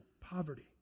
poverty